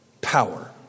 Power